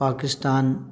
Pakistan